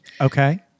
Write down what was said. Okay